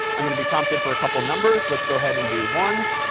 i'm going to be prompted for a couple of numbers. let's go ahead and do one,